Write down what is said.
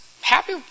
Happy